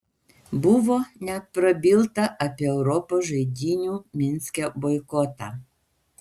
buvo net prabilta apie europos žaidynių minske boikotą